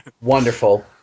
Wonderful